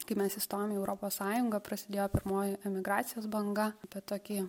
kai mes įstojom į europos sąjungą prasidėjo pirmoji emigracijos banga apie tokį